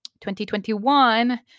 2021